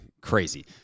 crazy